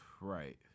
Right